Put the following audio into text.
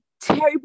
terrible